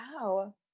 Wow